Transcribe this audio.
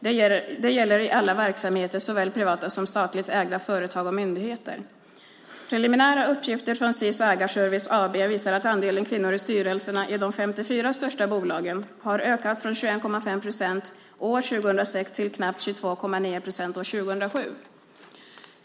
Det gäller i alla verksamheter, såväl privata som statligt ägda företag och myndigheter. Preliminära uppgifter från SIS Ägarservice AB visar att andelen kvinnor i styrelserna i de 54 största bolagen har ökat från 21,5 procent år 2006 till knappt 22,9 procent år 2007.